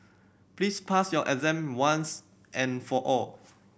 please pass your exam once and for all